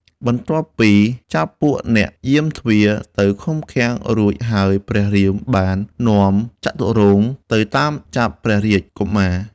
បន្ទាប់ពីចាប់ពួកអ្នកយាមទ្វារ ទៅឃុំឃាំងរួចហើយព្រះរាមបាននាំចតុរង្គទៅតាមចាប់រាជកុមារ។